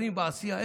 מתפארים בעשייה.